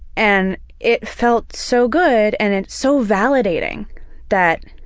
and it felt so good and it's so validating that.